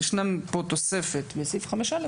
ישנה תוספת בסעיף 5א',